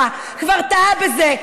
כבר טעה בזה,